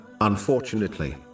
Unfortunately